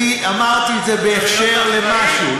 אני אמרתי את זה בהקשר למשהו.